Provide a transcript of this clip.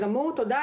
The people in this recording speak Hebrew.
(הצגת מצגת) תודה.